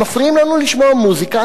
הם מפריעים לנו לשמוע מוזיקה.